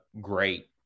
great